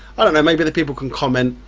i don't know maybe the people can comment,